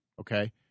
okay